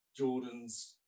Jordans